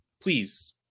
please